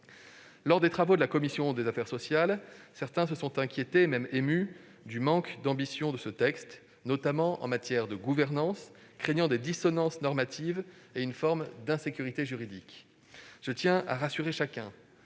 Certains membres de la commission des affaires sociales se sont inquiétés, émus même, du manque d'ambition de ce texte, notamment en matière de gouvernance, craignant des dissonances normatives et une forme d'insécurité juridique. Je tiens à rassurer chacun